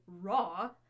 raw